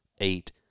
eight